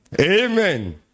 amen